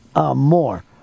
More